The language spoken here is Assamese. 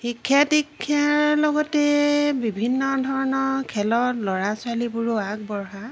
শিক্ষা দীক্ষাৰ লগতে বিভিন্ন ধৰণৰ খেলত ল'ৰা ছোৱালীবোৰো আগবঢ়া